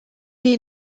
est